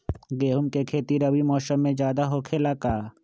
गेंहू के खेती रबी मौसम में ज्यादा होखेला का?